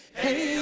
hey